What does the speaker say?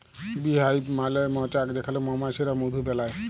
bee hive মালে মচাক যেখালে মমাছিরা মধু বেলায়